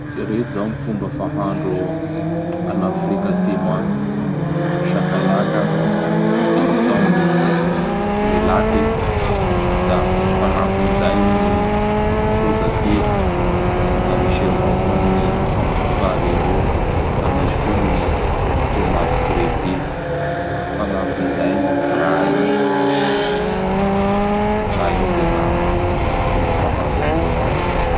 Ireto zao gny fomba fahandro an'Afrika Atsimo agny: Sakalaka, Biltôngy, Lelàky, da gn ny fanampin izay gn ny Sozaty; da misy avao koa gn ny Pareoro; da misy koa gn ny tômaty bredy; fagnampin zay gny Bray. Zay gny tena fomba fahandro amindreo agny.